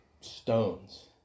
stones